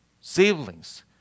siblings